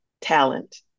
Talent